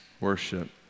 worship